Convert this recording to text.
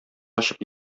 ачып